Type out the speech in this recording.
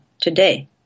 today